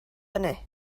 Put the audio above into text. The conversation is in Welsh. hynny